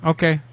Okay